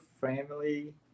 family